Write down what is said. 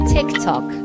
TikTok